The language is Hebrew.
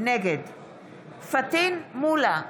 נגד פטין מולא,